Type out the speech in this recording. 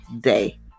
day